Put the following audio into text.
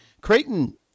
Creighton